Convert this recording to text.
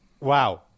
wow